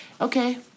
Okay